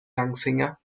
langfinger